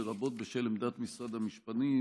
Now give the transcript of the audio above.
לרבות בשל עמדת משרד המשפטים.